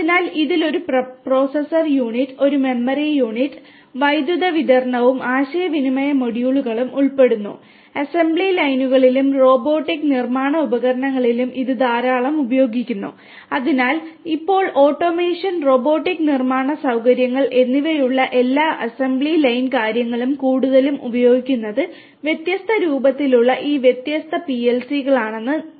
അതിനാൽ ഇതിൽ ഒരു പ്രോസസർ യൂണിറ്റ് ഒരു മെമ്മറി യൂണിറ്റ്